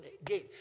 again